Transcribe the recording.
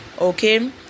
okay